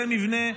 זה מבנה,